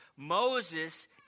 Moses